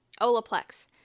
Olaplex